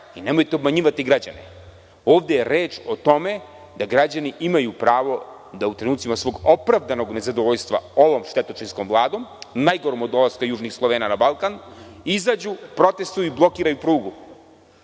i nemojte obmanjivati građane. Ovde je reč o tome da građani imaju pravo da u trenucima svog opravdanog nezadovoljstva ovom štetočinskom vladom, najgorom od dolaska Južnih Slovena na Balkan, izađu, protestvuju i blokiraju prugu,